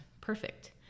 perfect